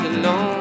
alone